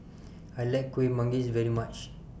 I like Kuih Manggis very much